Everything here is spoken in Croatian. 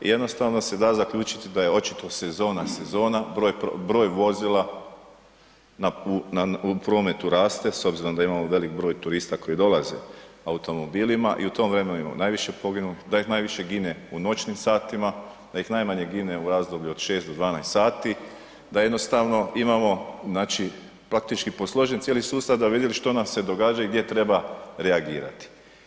I jednostavno se da zaključiti da je očito sezona sezona, broj vozila u prometu raste s obzirom da imamo velik broj turista koji dolaze automobilima i u tom vremenu imamo najviše poginulih, da ih najviše gine u noćnim satima, da ih najmanje gine u razdoblju od 6-12h, da jednostavno imamo, znači praktički posložen cijeli sustav da bi vidjeli što nam se događa i gdje treba reagirati.